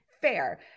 Fair